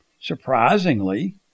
Surprisingly